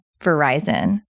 Verizon